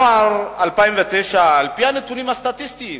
על-פי הנתונים הסטטיסטיים